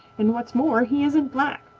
and what's more, he isn't black.